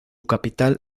capital